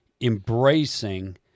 embracing